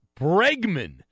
Bregman